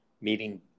meeting